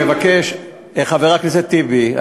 חבר הכנסת טיבי,